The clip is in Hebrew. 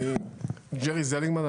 ג'רי זליגמן,